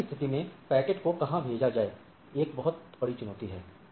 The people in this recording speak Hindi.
तो ऐसी स्थिति में पैकेट को कहां भेजा जाए एक बहुत बड़ी चुनौती है